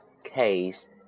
Case